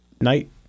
Night